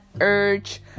urge